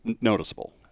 noticeable